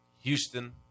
Houston